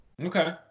Okay